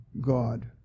God